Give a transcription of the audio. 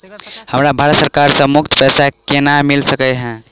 हमरा भारत सरकार सँ मुफ्त पैसा केना मिल सकै है?